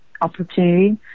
opportunity